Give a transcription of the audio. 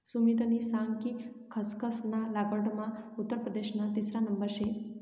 सुमितनी सांग कि खसखस ना लागवडमा उत्तर प्रदेशना तिसरा नंबर शे